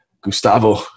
Gustavo